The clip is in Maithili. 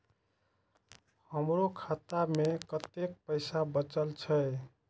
हमरो खाता में कतेक पैसा बचल छे?